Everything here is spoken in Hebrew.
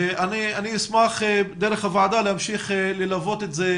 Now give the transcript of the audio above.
אני אשמח דרך הוועדה להמשיך ללוות את זה,